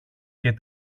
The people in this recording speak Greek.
και